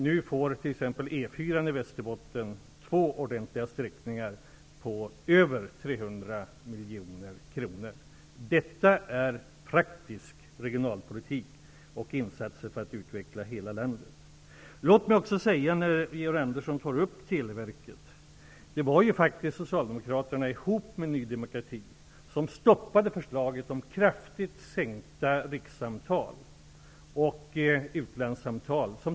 Nu får t.ex. E 4-an i Västerbotten två ordentliga sträckningar till en kostnad av över 300 miljoner kronor. Detta är praktisk regionalpolitik och insatser för att utveckla hela landet. Georg Andersson tog upp frågan om Televerket. Det var faktiskt Socialdemokraterna som tillsammans med Ny demokrati stoppade förslaget om kraftigt sänkta taxor för rikssamtal och utlandssamtal.